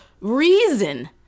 reason